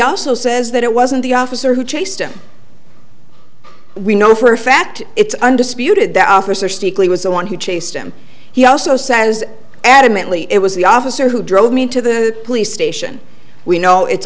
also says that it wasn't the officer who chased him we know for a fact it's undisputed that officer steeply was the one who chased him he also says adamantly it was the officer who drove me to the police station we know it's